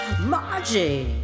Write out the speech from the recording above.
Margie